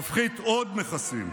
נוריד עוד מחירים, נפחית עוד מכסים,